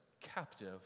captive